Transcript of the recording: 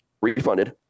refunded